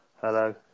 hello